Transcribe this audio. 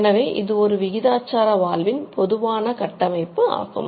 எனவே இது ஒரு விகிதாசார வால்வின் பொதுவான கட்டமைப்பாகும்